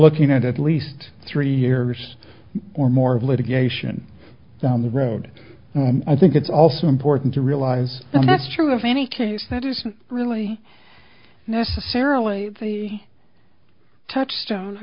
looking at at least three years or more of litigation down the road and i think it's also important to realize that that's true of any case that isn't really necessarily the touchstones i